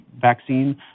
vaccine